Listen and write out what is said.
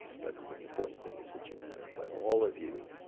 but the important thing is that you matter. but all of you,